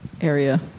area